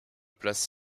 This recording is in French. place